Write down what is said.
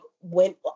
went